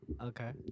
Okay